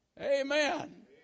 Amen